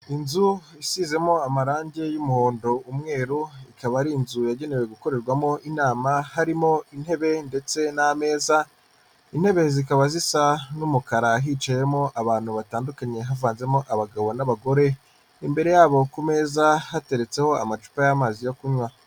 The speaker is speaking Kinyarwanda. Inzu isizemo amarangi y'umuhondo, umweru. Ikaba ari inzu yagenewe gukorerwamo inama harimo intebe ndetse n'ameza. Intebe zikaba zisa n'umukara hicayemo abantu batandukanye havanzemo abagabo n'abagore, imbere yabo ku meza hateretseho amacupa y'amazi yo kunywa.